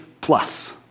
plus